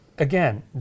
Again